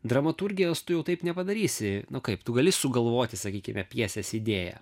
dramaturgijos tu jau taip nepadarysi nu kaip tu gali sugalvoti sakykime pjesės idėją